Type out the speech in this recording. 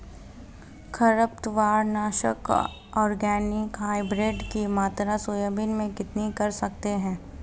खरपतवार नाशक organic hybrid की मात्रा सोयाबीन में कितनी कर सकते हैं?